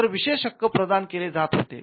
तर विशेष हक्क प्रदान केले जात होते